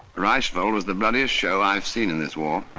reichswald was the bloodiest show i've seen in this war.